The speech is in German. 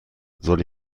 soll